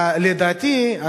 לדעתי,